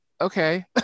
okay